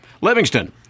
Livingston